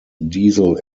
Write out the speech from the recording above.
diesel